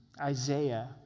Isaiah